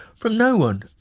from no one.